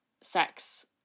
sex